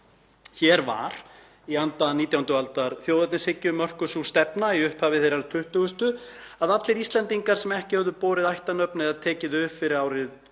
Hér var í anda 19. aldar þjóðernishyggju mörkuð sú stefna í upphafi þeirrar 20. að allir Íslendingar sem ekki höfðu borið ættarnöfn eða tekið þau upp fyrir árið